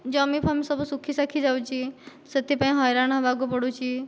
ଜମି ଫମୀ ସବୁ ସବୁ ଶୁଖି ଶାଖୀ ଯାଉଛି ବହୁତ ହଇରାଣ ହେବାକୁ ପଡ଼ୁଛି